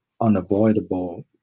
unavoidable